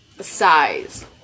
size